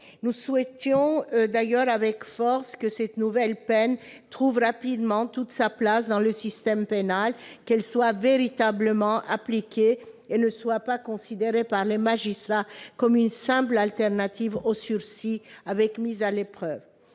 Nous souhaitions d'ailleurs avec force que cette nouvelle peine trouve rapidement toute sa place dans le système pénal, qu'elle soit véritablement appliquée et ne soit pas considérée par les magistrats comme une simple mesure de substitution au sursis avec mise à l'épreuve.